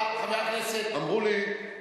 תודה, חבר הכנסת, אמרו לי,